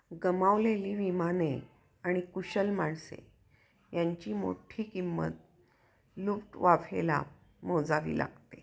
गमावलेली विमाने आणि कुशल माणसे यांची मोठी किंमत लुफ्टवाफेला मोजावी लागते